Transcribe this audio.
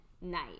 night